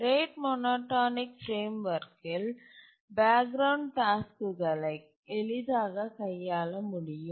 rate monotonic frame வொர்க்கில் background டாஸ்க்குகளை எளிதாக கையாள முடியும்